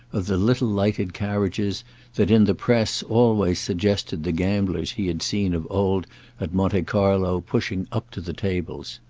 of the little lighted carriages that, in the press, always suggested the gamblers he had seen of old at monte carlo pushing up to the tables.